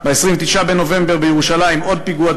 פיגוע ירי,